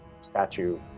statue